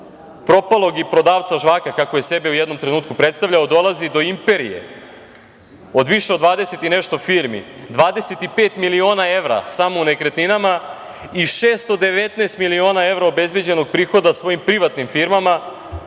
propalog prodavca žvaka, kako je sebe u jednom trenutku predstavljao, dolazi do imperije od više od 20 i nešto firmi, 25 miliona evra samo u nekretninama i 619 miliona evra obezbeđenog prihoda svojim privatnim firmama,